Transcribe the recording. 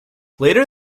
later